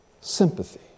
Sympathy